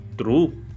true